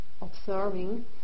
observing